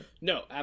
No